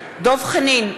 דב חנין,